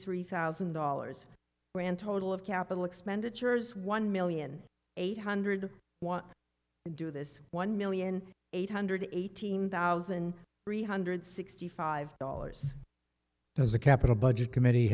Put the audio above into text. three thousand dollars grand total of capital expenditures one million eight hundred want to do this one million eight hundred eighteen thousand three hundred sixty five dollars as the capital budget committee